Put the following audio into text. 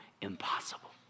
impossible